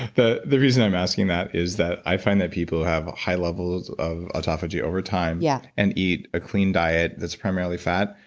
the the reason i'm asking that is that i find that people who have high levels of autophagy over time yeah and and eat a clean diet that's primarily fat,